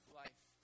life